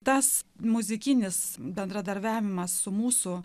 tas muzikinis bendradarbiavimas su mūsų